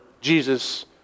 Jesus